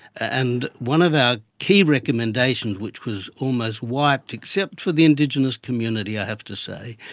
and one of our key recommendations which was almost wiped, except for the indigenous community, i have to say,